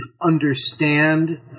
understand